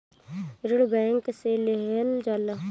ऋण बैंक से लेहल जाला